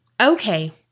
okay